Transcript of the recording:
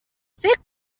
فکر